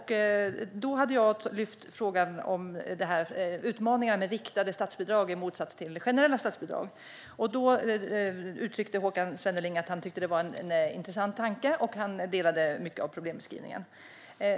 Då lyfte jag upp frågan om utmaningarna med riktade statsbidrag i motsats till generella statsbidrag. Då uttryckte Håkan Svenneling att han ansåg att det var en intressant tanke, och han instämde i problembeskrivningen.